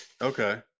okay